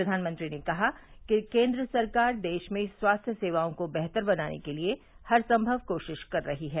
प्रधानमंत्री ने कहा कि केन्द्र सरकार देश में स्वास्थ्य सेवाओं को बेहतर बनाने के लिए हर संभव कोशिश कर रही है